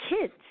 kids